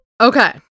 Okay